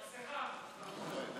אדוני